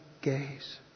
gaze